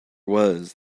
was